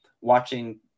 watching